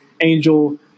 Angel